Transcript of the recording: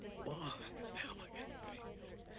long and elegant fingers.